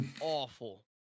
awful